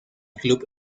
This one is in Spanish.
club